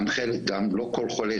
גם לא כל חולה